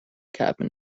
cabin